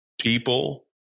people